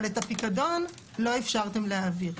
אבל את הפיקדון לא אפשרתם להעביר,